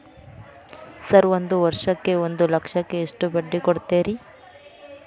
Sir ಒಂದು ವರ್ಷಕ್ಕ ಒಂದು ಲಕ್ಷಕ್ಕ ಎಷ್ಟು ಬಡ್ಡಿ ಕೊಡ್ತೇರಿ?